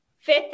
fifth